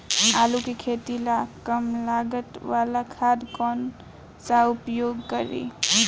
आलू के खेती ला कम लागत वाला खाद कौन सा उपयोग करी?